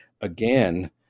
again